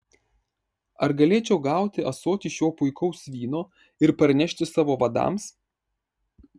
ar galėčiau gauti ąsotį šio puikaus vyno ir parnešti savo vadams